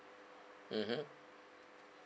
mmhmm